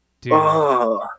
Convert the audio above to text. Dude